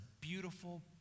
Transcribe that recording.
beautiful